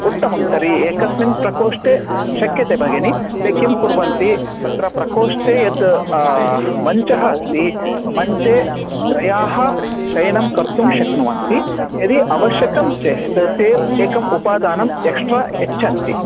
उत्तमं तर्हि एकस्मिन् प्रकोष्ठे शक्यते भगिनी ते किं कुर्वन्ति तत्र प्रकोष्ठे यद् मञ्चः अस्ति मञ्चे त्रयाः शयनं कर्तुं शक्नुवन्ति यदि आवश्यकं चेत् ते एकं उपादानम् एक्श्ट्रा यच्छन्ति